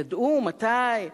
ידעו מתי,